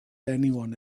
anyone